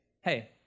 hey